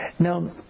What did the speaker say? Now